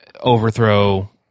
overthrow